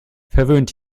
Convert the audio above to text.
verwöhnt